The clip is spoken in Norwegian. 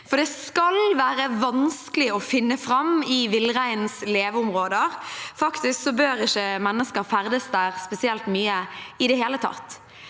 for det skal være vanskelig å finne fram i villreinens leveområder, faktisk bør ikke mennesker ferdes der spesielt mye i det hele tatt.